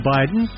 Biden